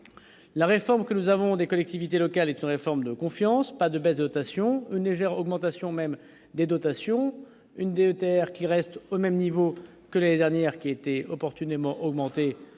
la réforme que nous avons des collectivités locales est réformes de confiance, pas de baisse de notation, une légère augmentation, même des dotations une délétère qui restent au même niveau que l'année dernière, qui a été opportunément augmenté,